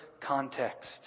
context